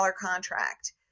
contract